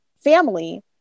family